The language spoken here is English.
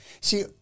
See